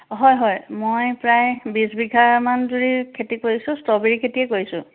হয় হয় মই প্ৰায় বিশ বিঘামানজুৰি খেতি কৰিছোঁ ষ্ট্ৰবেৰীৰ খেতিয়ে কৰিছোঁ